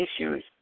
issues